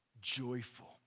joyful